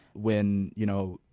when you know,